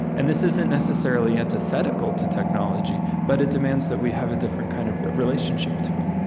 and this isn't necessarily antithetical to technology, but it demands that we have a different kind of relationship to it